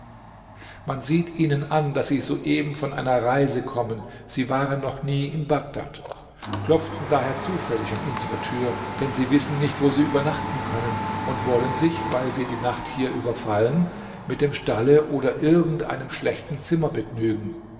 man sieht ihnen an daß sie soeben von einer reise kommen sie waren noch nie in bagdad klopften daher zufällig an unsere tür denn sie wissen nicht wo sie übernachten können und wollen sich weil sie die nacht hier überfallen mit dem stalle oder irgend einem schlechten zimmer begnügen